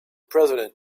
president